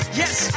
yes